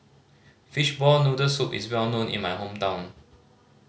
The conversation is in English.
fishball noodle soup is well known in my hometown